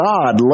God